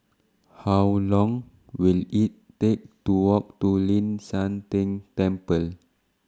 How Long Will IT Take to Walk to Ling San Teng Temple